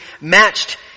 matched